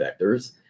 vectors